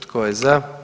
Tko je za?